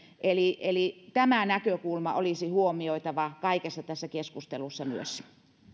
tämä näkökulma olisi huomioitava kaikessa tässä keskustelussa myös